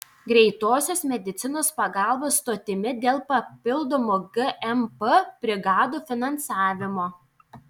greitosios medicinos pagalbos stotimi dėl papildomų gmp brigadų finansavimo